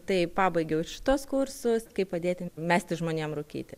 tai pabaigiau ir šituos kursus kaip padėti mesti žmonėm rūkyti